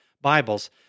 Bibles